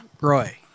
Roy